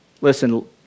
listen